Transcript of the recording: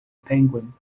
penguin